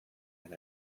and